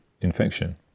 infection